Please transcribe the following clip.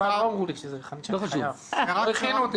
ראש ממשלה